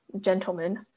gentlemen